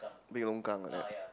big longkang like that